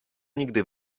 nigdy